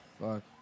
Fuck